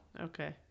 Okay